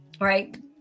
right